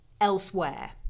elsewhere